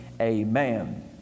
amen